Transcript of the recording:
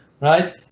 right